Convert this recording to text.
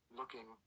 looking